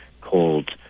called